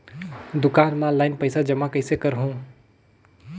दुकान म ऑनलाइन पइसा जमा कइसे करहु?